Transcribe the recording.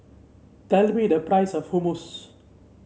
tell me the price of Hummus